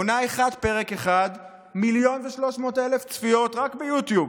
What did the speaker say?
עונה 1, פרק 1, 1.3 מיליון צפיות רק ביוטיוב,